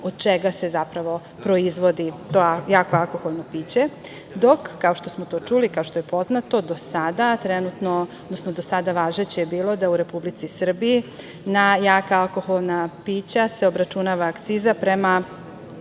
od čega se zapravo proizvodi to jako alkoholno piće. Dok, kao što smo to čuli, kao što je poznato, do sada trenutno, odnosno do sada važeće je bilo da u Republici Srbiji, na jaka alkoholna pića se obračunava akciza prema